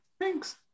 thanks